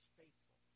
faithful